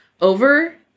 over